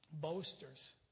boasters